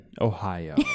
Ohio